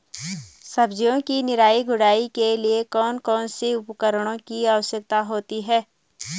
सब्जियों की निराई गुड़ाई के लिए कौन कौन से उपकरणों की आवश्यकता होती है?